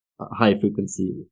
high-frequency